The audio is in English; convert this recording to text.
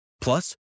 Plus